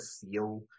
feel